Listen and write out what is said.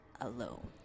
alone